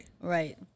Right